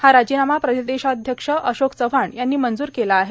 हा राजीनामा प्रदेशाध्यक्ष अशोक चव्हाण यांनी मंजूर केला आहे